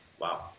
Wow